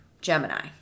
gemini